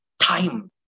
time